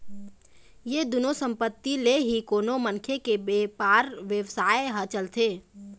ये दुनो संपत्ति ले ही कोनो मनखे के बेपार बेवसाय ह चलथे